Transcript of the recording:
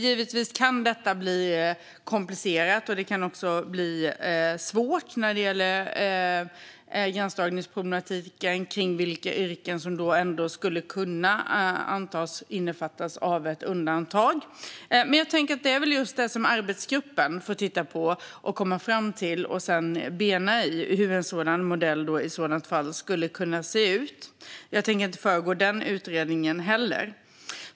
Givetvis kan detta bli komplicerat och svårt när det gäller vilka yrken som skulle kunna antas omfattas av ett undantag. Men det är just detta som arbetsgruppen får titta på och komma fram till och sedan bena i, det vill säga hur en sådan modell skulle kunna se ut. Jag tänker inte föregå den utredningen heller.